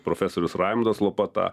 profesorius raimundas lopata